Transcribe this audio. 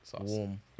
Warm